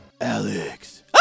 Alex